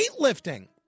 weightlifting